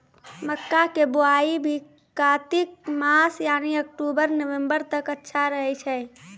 मक्का के बुआई भी कातिक मास यानी अक्टूबर नवंबर तक अच्छा रहय छै